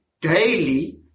daily